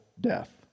death